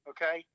Okay